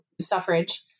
suffrage